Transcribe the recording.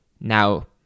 Now